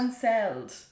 Cancelled